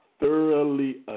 thoroughly